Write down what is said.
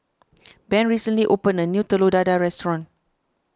Ben recently opened a new Telur Dadah restaurant